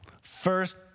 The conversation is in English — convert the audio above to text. First